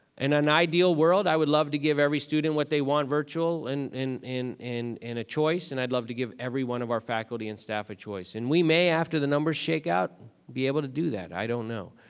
and an ideal world, i would love to give every student what they want virtual and in in a choice. and i'd love to give every one of our faculty and staff a choice. and we may, after the numbers shake out, be able to do that, i don't know.